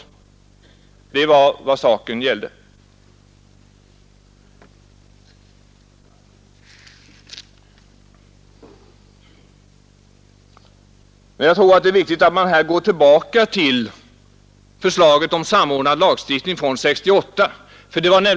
Det var vad saken gällde. Men jag tror det är viktigt att man här går tillbaka till förslaget om samordnad lagstiftning från 1968.